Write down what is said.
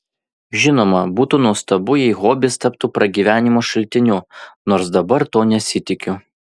žinoma būtų nuostabu jei hobis taptų pragyvenimo šaltiniu nors dabar to nesitikiu